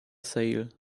sale